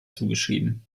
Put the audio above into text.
zugeschrieben